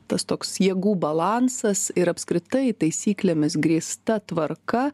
tas toks jėgų balansas ir apskritai taisyklėmis grįsta tvarka